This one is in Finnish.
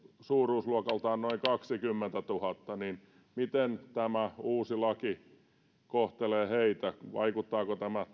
suuruusluokaltaan noin kaksikymmentätuhatta niin miten tämä uusi laki kohtelee heitä vaikuttaako tämä